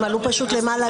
הם עלו פשוט למעלה להצביע.